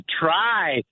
try